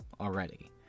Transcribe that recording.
already